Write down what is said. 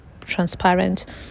transparent